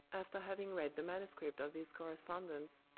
after having read the manuscript of this correspondence,